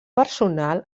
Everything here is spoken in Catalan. personal